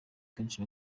benshi